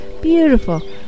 beautiful